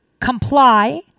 comply